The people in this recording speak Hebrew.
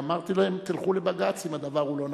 ואמרתי להם: תלכו לבג"ץ אם הדבר הוא לא נכון.